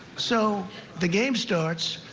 so the game starts,